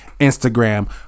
Instagram